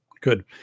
Good